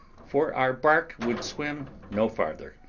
for our bark would swim no farther,